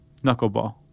knuckleball